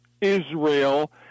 Israel